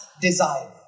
desire